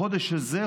החודש הזה,